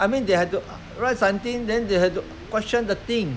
I mean they have to write something then they have to question the thing